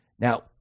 Now